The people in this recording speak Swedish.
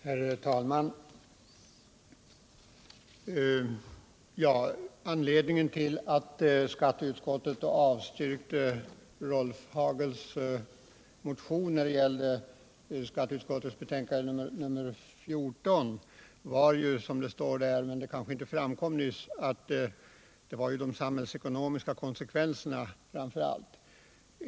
Herr talman! Anledningen till att skatteutskottet avstyrkte Rolf Hagels motion i samband med skatteutskottets betänkande nr 14 var, som det står där men som kanske inte framkom nyss, framför allt de samhällsekonomiska konsekvenserna.